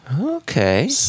Okay